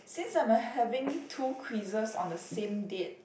since I'm a having two quizzes on the same date